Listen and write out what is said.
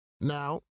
Now